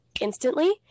instantly